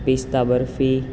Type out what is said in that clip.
પિસ્તા barfi